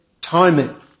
timing